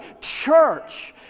church